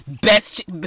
best